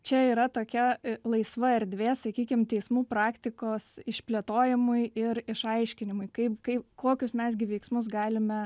čia yra tokia laisva erdvė sakykim teismų praktikos išplėtojimui ir išaiškinimui kaip kai kokius mes gi veiksmus galime